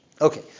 Okay